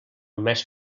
més